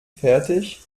fertig